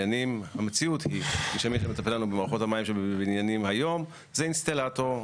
המציאות היא שמי שמטפל לנו במערכות המים בבניינים היום זה אינסטלטור,